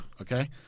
Okay